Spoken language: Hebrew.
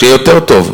זה שיהיה יותר טוב,